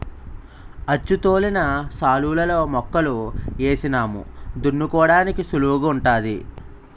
అచ్చుతోలిన శాలులలో మొక్కలు ఏసినాము దున్నుకోడానికి సుళువుగుంటాది